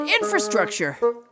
infrastructure